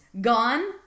gone